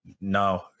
no